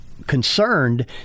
Concerned